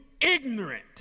ignorant